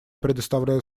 предоставляю